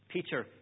Peter